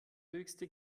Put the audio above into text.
höchste